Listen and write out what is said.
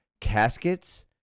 caskets